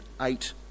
eight